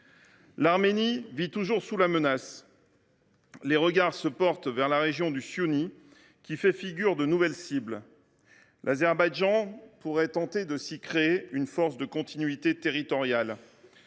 L’Arménie vit toujours sous la menace. Les regards se portent vers la Siounie, région qui fait figure de nouvelle cible. L’Azerbaïdjan pourrait tenter de s’y créer de force une continuité territoriale.